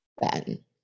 Ben